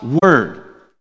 Word